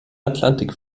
atlantik